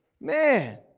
Man